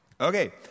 Okay